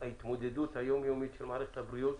ההתמודדות היומיומית של מערכת הבריאות.